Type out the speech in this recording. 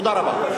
תודה רבה.